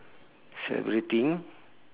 celebrating